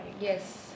yes